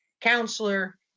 counselor